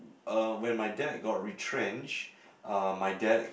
uh when my dad got retrenched uh my dad